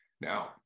Now